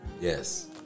Yes